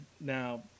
Now